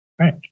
Right